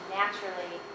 naturally